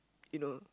you know